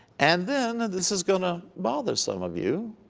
and then and this is going to bother some of you